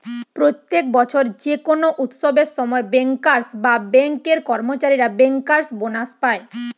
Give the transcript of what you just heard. প্রত্যেক বছর যে কোনো উৎসবের সময় বেঙ্কার্স বা বেঙ্ক এর কর্মচারীরা বেঙ্কার্স বোনাস পায়